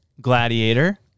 Gladiator